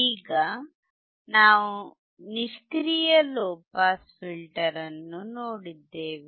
ಈಗ ನಾವು ನಿಷ್ಕ್ರಿಯ ಲೊ ಪಾಸ್ ಫಿಲ್ಟರ್ ಅನ್ನು ನೋಡಿದ್ದೇವೆ